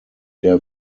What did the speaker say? der